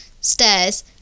stairs